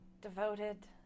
devoted